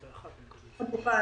כמובן.